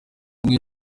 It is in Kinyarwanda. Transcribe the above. rumwe